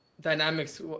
dynamics